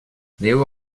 léo